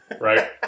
right